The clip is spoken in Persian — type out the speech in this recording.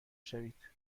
شوید